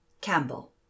Campbell